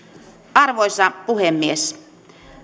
arvoisa puhemies